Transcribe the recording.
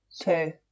two